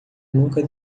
nunca